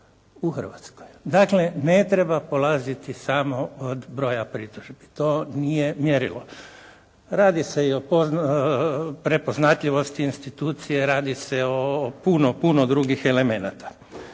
u Hrvatskoj. Dakle, ne treba polaziti samo od broja pritužbi. To nije mjerilo. Radi se i o prepoznatljivosti institucije, radi se o puno, puno drugih elemenata.